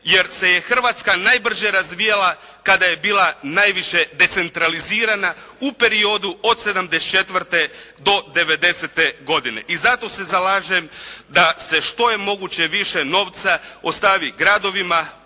jer se je Hrvatska najbrže razvijala kada je bila najviše decentralizirana u periodu od 1974. do 1990. godine. I zato se zalažem da se što je moguće više novca ostavi gradovima,